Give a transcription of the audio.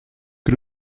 que